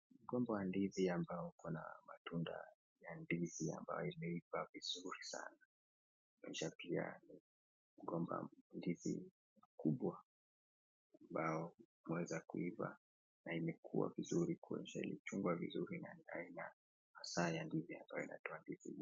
Mgomba wa ndizi ambao uko na matunda ya ndizi ambayo imeiva vizuri sana, inaonyesha pia ni mgomba wa ndizi mkubwa ambao imeweza kuiva na imekua vizuri, kuonyesha ilichungwa vizuri na ni aina hasa ya ndizi inayotoa ndizi mingi.